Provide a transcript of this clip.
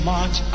March